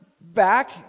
back